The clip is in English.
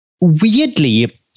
weirdly